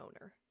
owner